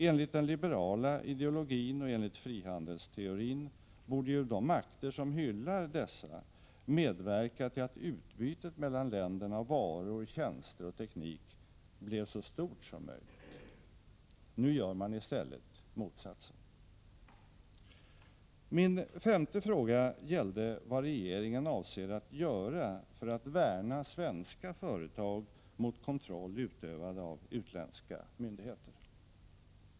Enligt den liberala ideologin och enligt frihandelsteorin borde ju de makter som hyllar dessa medverka till att utbytet mellan länderna av varor, tjänster och teknik blev så stort som möjligt. Nu gör man i stället motsatsen. Min femte fråga gällde vad regeringen avser att göra för att värna svenska företag mot kontroll utövad av utländska myndigheter.